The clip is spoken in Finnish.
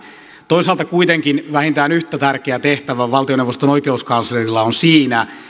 toisaalta kuitenkin vähintään yhtä tärkeä tehtävä valtioneuvoston oikeuskanslerilla on siinä